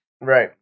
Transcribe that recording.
Right